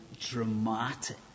dramatic